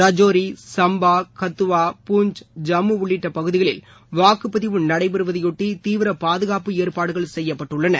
கஜோரி சுப்பா கத்துவா பூஞ்ச் ஜம்மு உள்ளிட்ட பகுதிகளில் வாக்குப்பதிவு நடைபெறுவதையொட்டி தீவிர பாதுகாப்பு ஏற்பாடுகள் செய்யப்பட்டுள்ளன